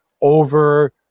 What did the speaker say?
over